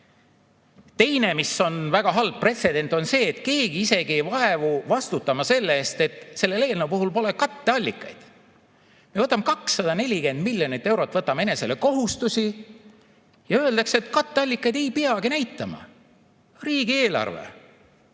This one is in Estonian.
Teine väga halb pretsedent on see, et keegi isegi ei vaevu vastutama selle eest, et selle eelnõu puhul pole katteallikaid. Me võtame 240 miljonit eurot enesele kohustusi ja öeldakse, et katteallikaid ei peagi näitama. Riigieelarve.